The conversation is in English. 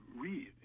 read